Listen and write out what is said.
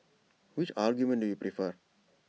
which argument do you prefer